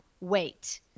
wait